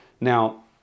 Now